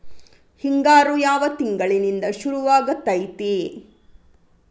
ಹಿಂಗಾರು ಯಾವ ತಿಂಗಳಿನಿಂದ ಶುರುವಾಗತೈತಿ?